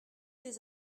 des